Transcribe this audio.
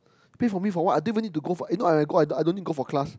pay for me for what I don't even to go for eh no I got I don't need go for class